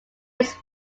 his